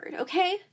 okay